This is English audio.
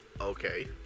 Okay